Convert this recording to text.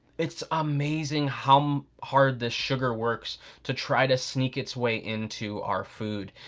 its amazing how um hard the sugar works to try to sneak it's way in to our food.